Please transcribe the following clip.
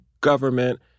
government